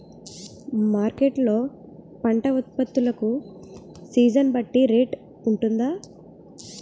Market లొ పంట ఉత్పత్తి లకు సీజన్ బట్టి రేట్ వుంటుందా?